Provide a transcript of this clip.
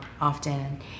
often